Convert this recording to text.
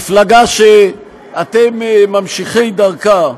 מפלגה שאתם ממשיכי דרכה,